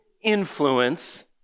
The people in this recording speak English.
influence